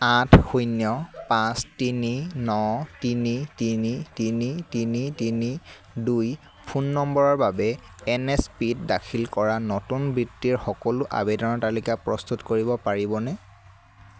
আঠ শূন্য় পাঁচ তিনি ন তিনি তিনি তিনি তিনি তিনি দুই ফোন নম্বৰৰ বাবে এন এছ পিত দাখিল কৰা নতুন বৃত্তিৰ সকলো আবেদনৰ তালিকা প্ৰস্তুত কৰিব পাৰিবনে